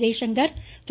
Jaishankar Thiru